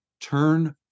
turn